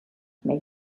may